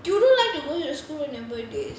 you don't like to go to school on your birthdays